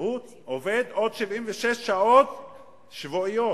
הוא עובד עוד 76 שעות שבועיות.